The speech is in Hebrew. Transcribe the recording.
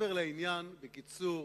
נדבר לעניין, בקיצור.